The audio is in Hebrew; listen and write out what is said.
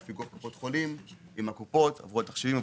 פיקוח קופות חולים עם הקופות עבור תחשיבים,